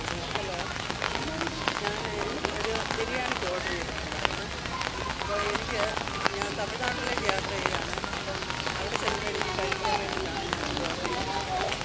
hello ഞാൻ ഒരു ബിരിയാണിക്ക് ഓഡർ ചെയ്തിട്ടുണ്ടായിരുന്നേ അപ്പോൾ എനിക്ക് ഞാന് തമിഴ്നാട്ടിലേക്കു യാത്ര ചെയ്യാണ് അപ്പം അവിടെ ചെല്ലുമ്പം എനിക്കു കഴിക്കാന് വേണ്ടിയിട്ടാണ് ഞാന് ഫുഡ് ഓഡര് ചെയ്തിരിക്കുന്നത്